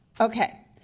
Okay